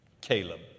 Caleb